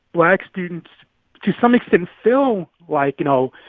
black students to some extent feel like you know,